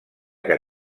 que